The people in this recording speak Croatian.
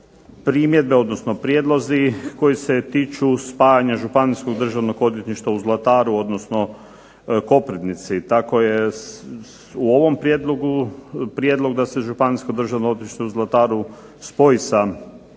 primjedbe, odnosno prijedlozi koji se tiču spajanja županijskog Državnog odvjetništva u Zlataru odnosno Koprivnici. Tako je u ovom Prijedlogu prijedlog da se županijsko Državno odvjetništvo u Zlataru spoji sa